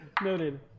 Noted